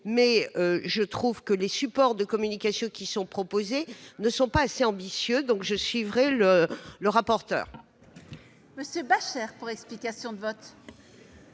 mais je trouve que les supports de communication proposés ne sont pas assez ambitieux, donc je suivrai le rapporteur.